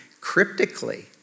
cryptically